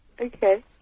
Okay